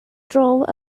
drove